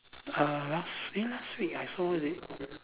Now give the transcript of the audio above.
uh last week eh last week I saw Da~